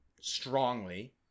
strongly